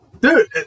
Dude